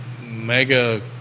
mega